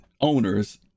owners